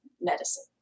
medicine